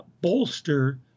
bolster